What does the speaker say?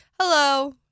Hello